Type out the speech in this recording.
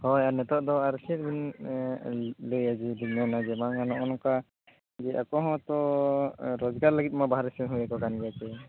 ᱦᱳᱭ ᱟᱨ ᱱᱤᱛᱚᱜ ᱫᱚ ᱟᱨ ᱪᱮᱫ ᱵᱤᱱ ᱞᱟᱹᱭᱟ ᱡᱮ ᱢᱮᱱᱟ ᱵᱟᱝᱢᱟ ᱱᱚᱜᱼᱚ ᱱᱚᱝᱠᱟ ᱡᱮ ᱟᱠᱚ ᱦᱚᱸᱛᱚ ᱨᱚᱡᱽᱜᱟᱨ ᱞᱟᱹᱜᱤᱫ ᱢᱟ ᱵᱟᱨᱦᱮ ᱥᱮᱱ ᱦᱩᱭᱟᱠᱚ ᱠᱟᱱ ᱜᱮᱭᱟ ᱥᱮ